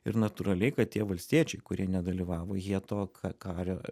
ir natūraliai kad tie valstiečiai kurie nedalyvavo jie to ka kario